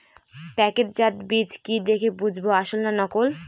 প্যাকেটজাত বীজ কি দেখে বুঝব আসল না নকল?